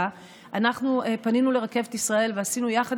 אנחנו פנינו לרכבת ישראל ועשינו יחד